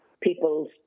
people's